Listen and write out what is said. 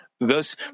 Thus